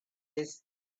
this